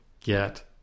get